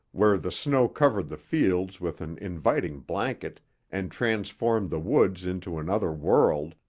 where the snow covered the fields with an inviting blanket and transformed the woods into another world,